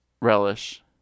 relish